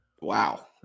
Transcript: Wow